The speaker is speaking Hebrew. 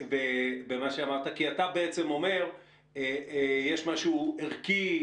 במה שאמרת כי אתה בעצם אומר שיש משהו ערכי,